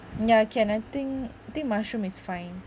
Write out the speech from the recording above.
ya can I think think mushroom is fine